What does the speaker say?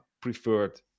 preferred